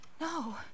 No